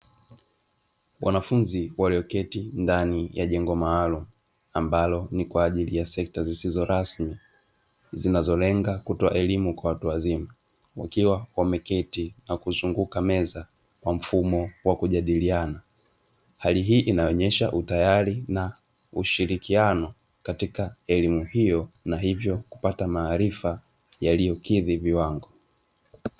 Wanafunzi walioketi ndani ya jengo maalumu ambalo ni kwa ajili ya sekta zisizo rasmi zinazolenga kutoa elimu kwa watu wazima, wakiwa wameketi na kuzunguka meza kwa mfumo wa kujadiliana. Hali hii inayonesha utayari na ushirikiano katika elimu hiyo, na hivyo kupata maarifa yaliyokidhi viwango.